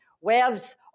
webs